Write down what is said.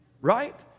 Right